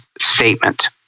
statement